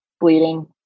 Bleeding